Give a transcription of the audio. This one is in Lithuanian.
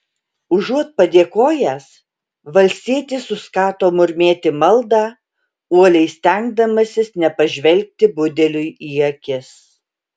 užuot padėkojęs valstietis suskato murmėti maldą uoliai stengdamasis nepažvelgti budeliui į akis